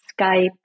Skype